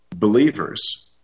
Believers